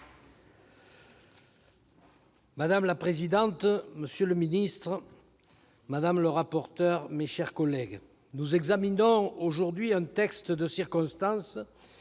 Madame la présidente, monsieur le ministre, madame le rapporteur, mes chers collègues, nous examinons aujourd'hui, sur l'initiative